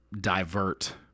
divert